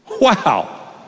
wow